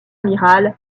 amiral